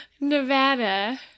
Nevada